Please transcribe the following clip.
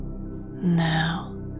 Now